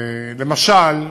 למשל,